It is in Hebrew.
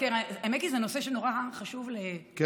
האמת היא שזה נושא שמאוד חשוב לשרן.